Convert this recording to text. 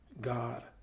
God